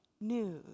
news